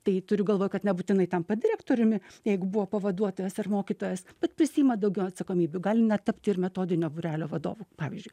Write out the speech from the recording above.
tai turiu galvoj kad nebūtinai tampa direktoriumi jeigu buvo pavaduotojas ar mokytojas bet prisiima daugiau atsakomybių gali net tapti ir metodinio būrelio vadovu pavyzdžiui